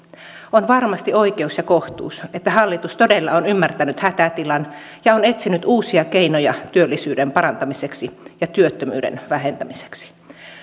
on varmasti oikeus ja kohtuus että hallitus todella on ymmärtänyt hätätilan ja on etsinyt uusia keinoja työllisyyden parantamiseksi ja työttömyyden vähentämiseksi